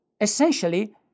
essentially